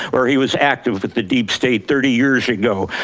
where he was active with the deep state thirty years ago.